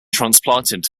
transplanted